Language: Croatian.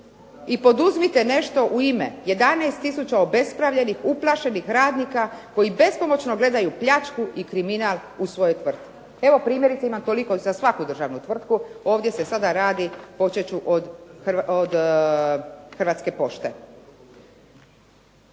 i poduzmite nešto u ime 11 tisuća obespravljenih, uplašenih radnika koji bespomoćno gledaju pljačku i kriminal u svojoj tvrtki." Evo, primjerica imam toliko i za svaku državnu tvrtku, ovdje se sada radi, počet ću od "Hrvatske pošte".